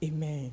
Amen